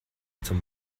zum